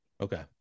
Okay